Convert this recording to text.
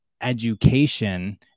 education